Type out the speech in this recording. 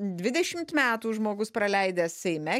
dvidešimt metų žmogus praleidęs seime